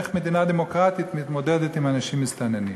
איך מדינה דמוקרטית מתמודדת עם אנשים מסתננים.